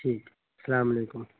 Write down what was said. ٹھیک السلام علیکم